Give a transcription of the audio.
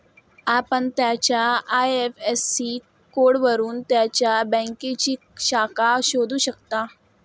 आपण त्याच्या आय.एफ.एस.सी कोडवरून त्याच्या बँकेची शाखा शोधू शकता